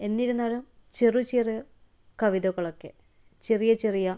എന്നിരുന്നാലും ചെറു ചെറു കവിതകളൊക്കെ ചെറിയ ചെറിയ